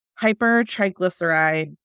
hypertriglyceride